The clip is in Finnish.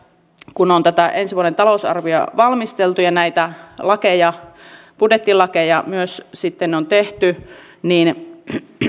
kun on tätä ensi vuoden talousarviota valmisteltu ja näitä lakeja budjettilakeja myös sitten on tehty niin